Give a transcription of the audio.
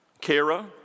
Kara